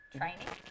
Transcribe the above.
training